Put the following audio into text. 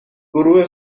گروه